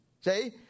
see